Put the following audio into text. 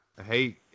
hey